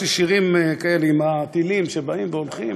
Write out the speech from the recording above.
יש לי שירים כאלה עם הטילים שבאים והולכים,